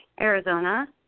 Arizona